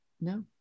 No